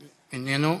איננו.